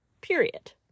Period